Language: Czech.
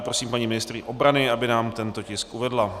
Prosím paní ministryni obrany, aby nám tento tisk uvedla.